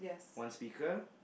one speaker